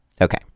Okay